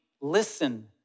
listen